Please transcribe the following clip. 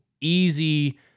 easy